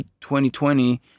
2020